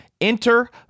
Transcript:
Enter